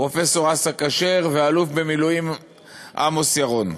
עם פרופסור אסא כשר ואלוף במילואים עמוס ירון.